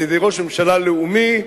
על-ידי ראש ממשלה לאומי,